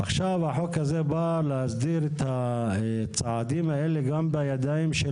עכשיו החוק הזה בא להסדיר את הצעדים האלה גם בידיים של